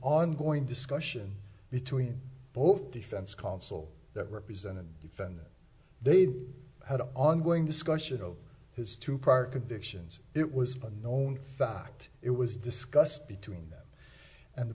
ongoing discussion between both defense counsel that represented defendant they'd had ongoing discussion of his to park addictions it was a known fact it was discussed between and the